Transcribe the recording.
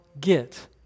get